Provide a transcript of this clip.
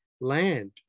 land